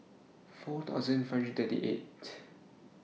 four thousand five hundred thirty eight